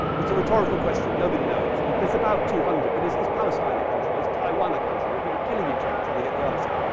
it's a rhetorical question. nobody knows. but there's about two hundred. but is is palestine a country? is taiwan a country? there are people killing each other trying to get the answer.